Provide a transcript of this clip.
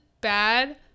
bad